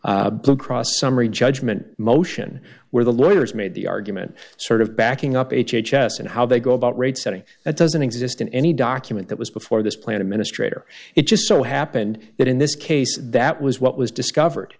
the blue cross summary judgment motion where the lawyers made the argument sort of backing up h h s and how they go about rate setting that doesn't exist in any document that was before this plan administrator it just so happened that in this case that was what was discovered